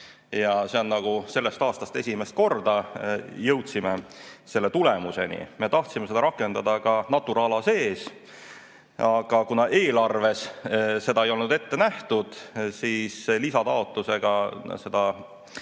See on nagu sellest aastast esimest korda, nüüd jõudsime selle tulemuseni. Me tahtsime seda rakendada ka Natura ala sees, aga kuna eelarves seda ei olnud ette nähtud, siis lisataotlusega seda